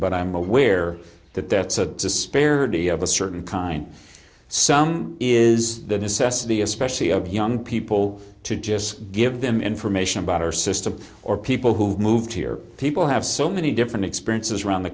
but i'm aware that that's a disparity of a certain kind some is the necessity especially of young people to just give them information about our system or people who've moved here people have so many different experiences around the